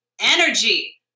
energy